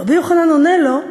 רבי יוחנן עונה לו: